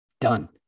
Done